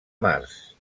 març